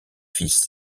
fils